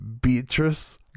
Beatrice